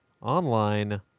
Online